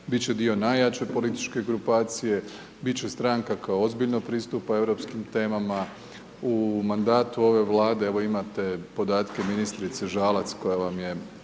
će dio najjače političke grupacije, bit će stranka koja ozbiljno pristupa europskim temama. U mandatu ove vlade, evo imate podatke ministrice Žalac koja vam je